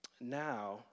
now